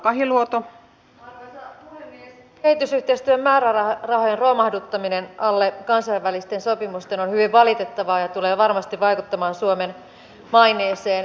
kehitysyhteistyön määrärahojen romahduttaminen alle kansainvälisten sopimusten on hyvin valitettavaa ja tulee varmasti vaikuttamaan suomen maineeseen